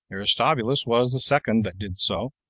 aristobulus was the second that did so,